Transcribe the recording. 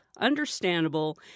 understandable